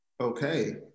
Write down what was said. okay